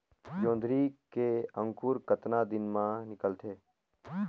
जोंदरी के अंकुर कतना दिन मां निकलथे?